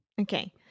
Okay